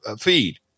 feed